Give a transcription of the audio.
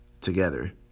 together